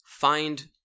Find